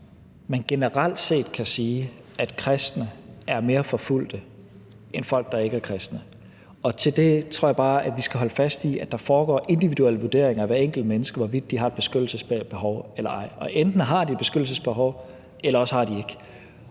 man generelt kan sige, at kristne er mere forfulgte end folk, der ikke er kristne. Hvad det angår, tror jeg bare vi skal holde fast i, at der foregår individuelle vurderinger af hvert enkelt menneske af, hvorvidt de har et beskyttelsesbehov eller ej, og enten har de et beskyttelsesbehov, eller også har de ikke.